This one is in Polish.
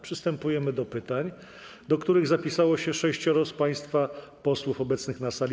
Przystępujemy do zadawania pytań, do których zapisało się sześcioro z państwa posłów obecnych na sali.